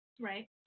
Right